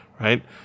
Right